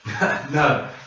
No